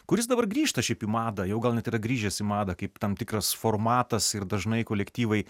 kuris dabar grįžta šiaip į madą jau gal net yra grįžęs į madą kaip tam tikras formatas ir dažnai kolektyvai